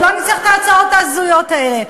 ולא נצטרך את ההצעות ההזויות האלה.